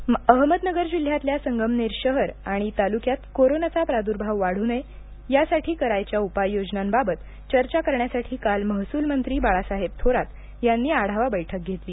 बैठक अहमदनगर जिल्ह्यातल्या संगमनेर शहर आणि तालुक्यात कोरोनाचा प्रादुर्भाव वाढू नये यासाठी करायच्या उपाययोजनांबाबत चर्चा करण्यासाठी काल महसूलमंत्री बाळासाहेब थोरात यांनी आढावा बैठक घेतली